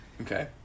Okay